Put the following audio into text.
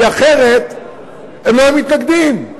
כי אחרת לא היו מתנגדים.